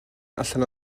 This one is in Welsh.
allan